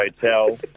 Hotel